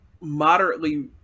moderately